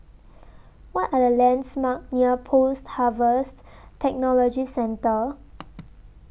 What Are The lands Marks near Post Harvest Technology Centre